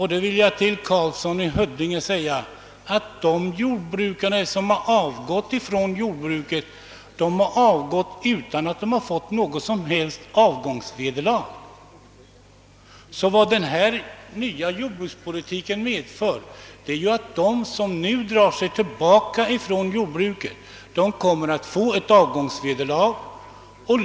Här vill jag till herr Karlsson i Huddinge säga att de jordbrukare som slutat med jordbruket har hittills gjort detta utan att få något som helst avgångsvederlag. Den nya jordbrukspolitiken medför däremot att de som nu drar sig tillbaka från jordbruket kommer att få ett avgångsvederlag.